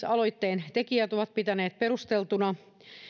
aloitteen tekijät ovat siis pitäneet perusteltuna